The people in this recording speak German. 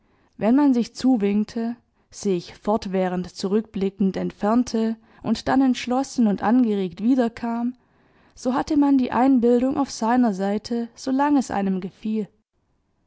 wenn man sich zuwinkte sich fortwährend zurückblickend entfernte und dann entschlossen und angeregt wiederkam so hatte man die einbildung auf seiner seite solang es einem gefiel